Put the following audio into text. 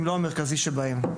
אם לא המרכזי שבהם.